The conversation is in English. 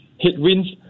headwinds